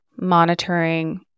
monitoring